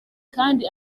kandi